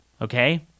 Okay